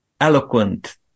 eloquent